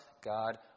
God